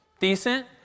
decent